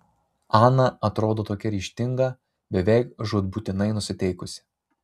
ana atrodo tokia ryžtinga beveik žūtbūtinai nusiteikusi